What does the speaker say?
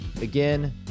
again